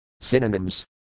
Synonyms